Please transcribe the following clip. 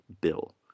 bill